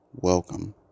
welcome